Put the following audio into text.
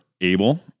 able